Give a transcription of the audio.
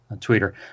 Twitter